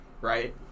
right